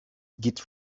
git